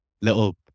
little